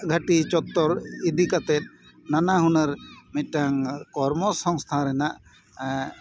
ᱜᱷᱟᱹᱴᱤ ᱪᱚᱛᱛᱚᱨ ᱤᱫᱤ ᱠᱟᱛᱮᱫ ᱱᱟᱱᱟ ᱦᱩᱱᱟᱹᱨ ᱢᱤᱫᱴᱟᱱ ᱠᱚᱨᱢᱚ ᱥᱚᱝᱥᱛᱷᱟᱱ ᱨᱮᱱᱟᱜ